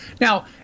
Now